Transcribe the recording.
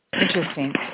Interesting